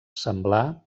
semblar